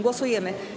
Głosujemy.